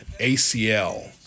ACL